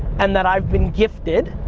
and that i've been gifted